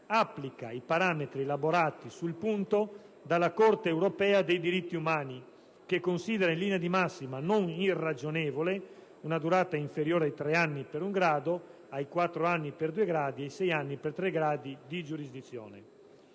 applica i parametri elaborati sul punto dalla Corte europea dei diritti umani, che considera in linea di massima non irragionevole una durata inferiore ai tre anni per un grado, ai quattro anni per due gradi, ai sei anni per tre gradi di giurisdizione.